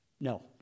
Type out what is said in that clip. No